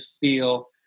feel